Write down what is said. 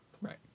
right